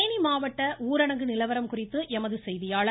தேனி மாவட்ட ஊரடங்கு நிலவரம் குறித்து எமது செய்தியாளர்